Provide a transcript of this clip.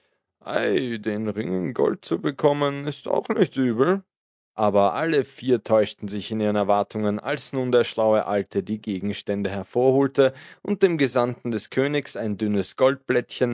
den ring in gold zu bekommen ist auch nicht übel aber alle vier täuschten sich in ihren erwartungen als nun der schlaue alte die gegenstände hervorholte und dem gesandten des königs ein dünnes